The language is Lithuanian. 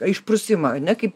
išprusimą ane kaip